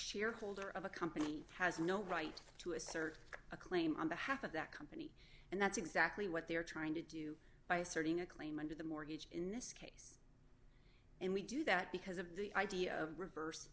shareholder of a company has no right to assert a claim on behalf of that company and that's exactly what they are trying to do by asserting a claim under the mortgage in this case and we do that because of the idea of reverse